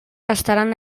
estaran